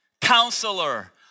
Counselor